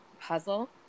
puzzle